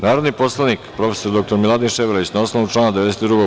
Narodni poslanik prof. dr Miladin Ševarlić, na osnovu člana 92.